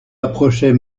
approchait